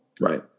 Right